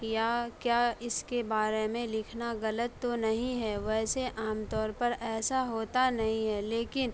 یا کیا اس کے بارے میں لکھنا غلط تو نہیں ہے ویسے عام طور پر ایسا ہوتا نہیں ہے لیکن